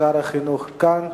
שר החינוך כאן.